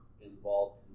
involved